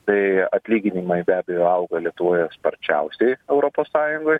tai atlyginimai be abejo auga lietuvoje sparčiausiai europos sąjungoj